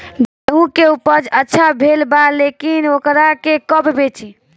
गेहूं के उपज अच्छा भेल बा लेकिन वोकरा के कब बेची?